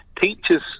Teachers